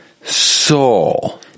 soul